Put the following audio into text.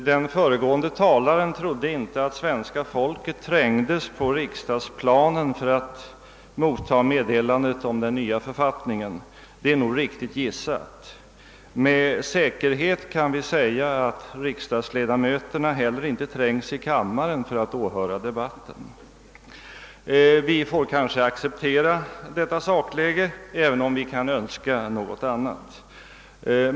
Den föregående talaren trodde inte att svenska folket trängdes på riksdagsplanen för att motta meddelandet om den nya författningen. — Det är nog riktigt gissat. Med säkerhet kan vi i varje fall säga att riksdagsledamöterna inte heller trängs i kammaren för att åhöra debatten! Vi får kanske acceptera detta sakläge, även om vi kan önska något annat.